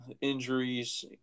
injuries